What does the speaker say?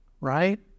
right